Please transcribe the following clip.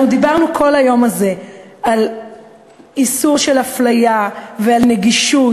אנחנו דיברנו כל היום הזה על איסור אפליה ועל נגישות